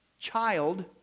child